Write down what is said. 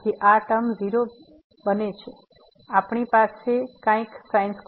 તેથી આ ટર્મ 0 બને છે આપણી પાસે કંઈક છે